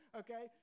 okay